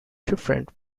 different